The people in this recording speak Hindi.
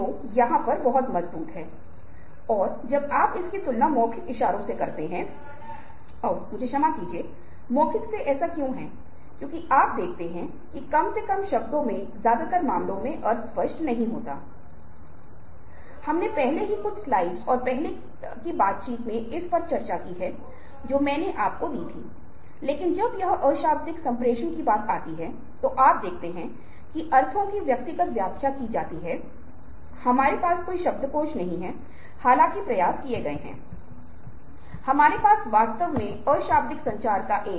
ये चरम स्थितियां हैं जहां मन विभिन्न तरीकों से काम करता है इससे संबंधित बहुत सारे सिद्धांत हैं लेकिन यह फिर से विभिन्न दिलचस्प तरीकों से अनुनय से जुड़ा हुआ है और हमें इस तथ्य से अवगत होने की आवश्यकता है कि यह न तो अनुनय है और न ही हेरफेर क्योंकि यह जानबूझकर नहीं है लेकिन ऐसा होता है और आप देखते हैं कि दिलचस्प बात यह है कि स्टॉकहोम सिंड्रोम जैसी चीज का उपयोग वो लोग करसकते है जो मस्तिष्क धोने का उपयोग करते है और एक शर्त के रूप में जहां यह हेरफेर वास्तव में हो सकता है